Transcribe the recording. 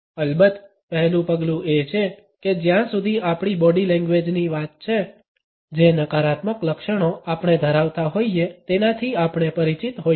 અલબત્ત પહેલું પગલું એ છે કે જ્યા સુધી આપણી બોડી લેંગ્વેજની વાત છે જે નકારાત્મક લક્ષણો આપણે ધરાવતા હોઇએ તેનાથી આપણે પરિચિત હોઈએ